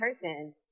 person